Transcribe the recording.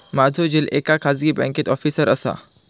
माझो झिल एका खाजगी बँकेत ऑफिसर असा